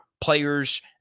players